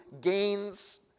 gains